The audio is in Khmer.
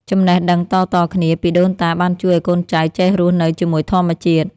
ចំណេះដឹងតៗគ្នាពីដូនតាបានជួយឱ្យកូនចៅចេះរស់នៅជាមួយធម្មជាតិ។